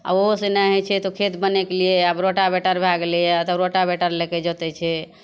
आ ओहो से नहि होइ छै तऽ खेत बनै के लिए आब रोटावेटर भए गेलैए तब रोटावेटर लैके जोतै छै